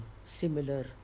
similar